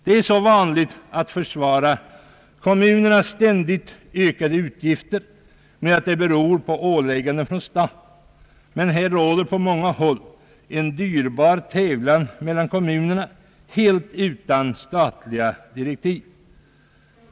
Det är så vanligt att försvara kommunernas ständigt ökade utgifter med att de beror på ålägganden från staten. Men här råder på många håll en dyrbar tävlan mellan kommunerna, helt utan statliga direktiv.